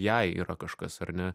jei yra kažkas ar ne